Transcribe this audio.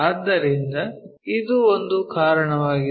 ಆದ್ದರಿಂದ ಇದು ಒಂದು ಕಾರಣವಾಗಿದೆ